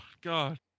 God